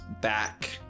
back